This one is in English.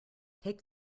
take